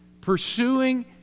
pursuing